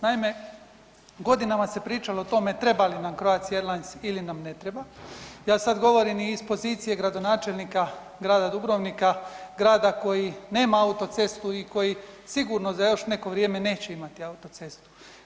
Naime, godinama se pričalo o tome treba li nam Croatia Airlines ili nam ne treba, ja sada govorim iz pozicije gradonačelnika Grada Dubrovnika, grada koji nema autocestu i koji sigurno za još neko vrijeme neće imati autocestu.